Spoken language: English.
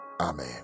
Amen